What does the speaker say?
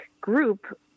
group